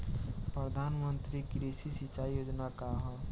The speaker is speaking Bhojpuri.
प्रधानमंत्री कृषि सिंचाई योजना का ह?